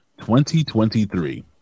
2023